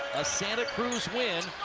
a santa cruz win,